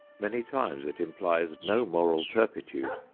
many times it implies no moral turpitude,